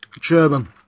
German